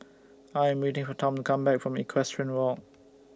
I Am waiting For Tom to Come Back from Equestrian Walk